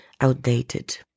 outdated